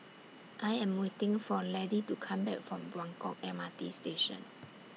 I Am waiting For Laddie to Come Back from Buangkok M R T Station